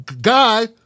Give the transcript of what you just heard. Guy